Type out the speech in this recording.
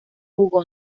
jugó